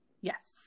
Yes